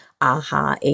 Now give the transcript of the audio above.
aha